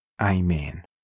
Amen